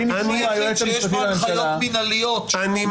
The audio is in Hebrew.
מחייבים אישור מהיועץ המשפטי לממשלה.